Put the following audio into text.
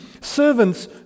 servants